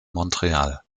montreal